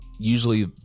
usually